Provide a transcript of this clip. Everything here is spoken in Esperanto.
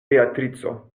beatrico